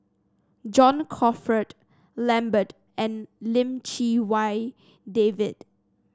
John Crawfurd Lambert and Lim Chee Wai David